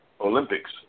Olympics